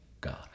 God